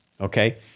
okay